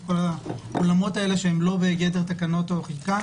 את העולמות האלה שהם לא בגדר תקנות או חקיקה